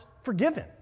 forgiven